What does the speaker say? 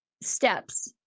steps